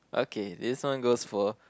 okay this one goes for